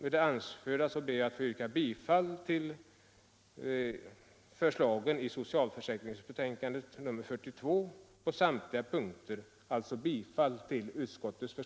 Med det anförda ber jag att få yrka bifall till socialförsäkringsutskottets förslag i betänkandet nr 42 på samtliga punkier.